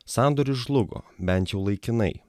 sandoris žlugo bent jau laikinai